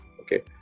Okay